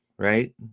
Right